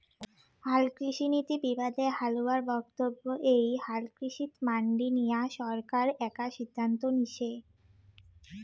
হালকৃষিনীতি বিবাদে হালুয়ার বক্তব্য এ্যাই হালকৃষিত মান্ডি নিয়া সরকার একা সিদ্ধান্ত নিসে